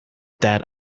that